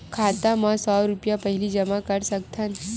खाता मा सौ रुपिया पहिली जमा कर सकथन?